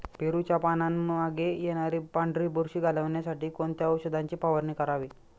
पेरूच्या पानांमागे येणारी पांढरी बुरशी घालवण्यासाठी कोणत्या औषधाची फवारणी करावी?